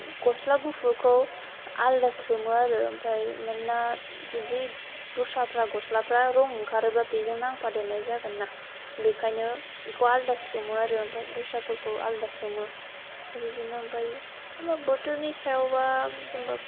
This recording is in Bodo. गस्ला गुफुरखौ आलादा सोमो आरो ओमफ्राय मानोना जुदि दस्राफ्रा गस्लाफ्रा रं ओंखारो बा बेजों नांफादेरनाय जागोन ना बेखायनो बेखौ आलादा सोमो आरो ओमफ्राय दस्राफोरखौ आलादा सोमो आरो बिदिनो ओमफ्राय जेनेबा बोथोरनि सायाव बा जेनेबा